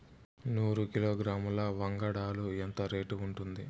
నూరు కిలోగ్రాముల వంగడాలు ఎంత రేటు ఉంటుంది?